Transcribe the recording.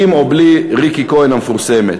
עם או בלי ריקי כהן המפורסמת.